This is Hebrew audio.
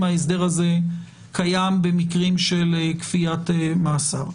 ההסדר הזה קיים במקרים של כפיית מאסר.